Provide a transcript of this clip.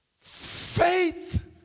Faith